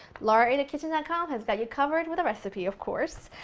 laurainthekitchen dot com has got you covered with a recipe, of course!